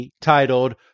titled